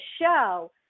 show